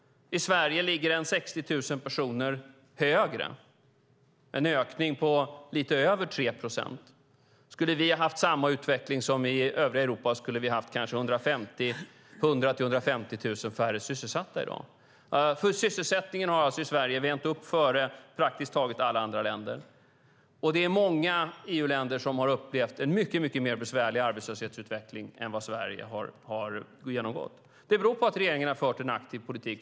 I Sverige är det 60 000 personer fler som är sysselsatta, en ökning med lite över 3 procent. Skulle vi ha haft samma utveckling som i övriga Europa skulle vi kanske ha haft 100 000-150 000 färre sysselsatta i dag. Sysselsättningen har alltså vänt uppåt i Sverige före praktiskt taget alla andra länder. Det är många EU-länder som har upplevt en mycket besvärligare arbetslöshetsutveckling än den som Sverige har genomgått. Det beror på att regeringen har fört en aktiv politik.